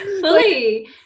fully